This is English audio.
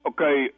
Okay